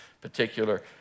particular